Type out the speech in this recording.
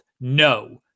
No